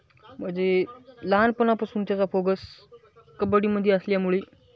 म्हणजे लहानपणापासून त्याचा फोगस कब्बडीमध्ये असल्यामुळे